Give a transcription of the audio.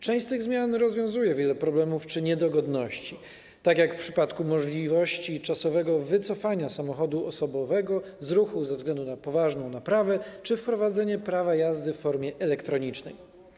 Część z tych zmian rozwiązuje wiele problemów czy niedogodności, tak jak w przypadku możliwości czasowego wycofania samochodu osobowego z ruchu ze względu na poważną naprawę czy wprowadzenie prawa jazdy w formie elektronicznej.